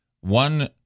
one